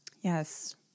Yes